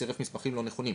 צירף מסמכים לא נכונים,